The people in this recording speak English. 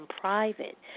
private